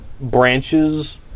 Branches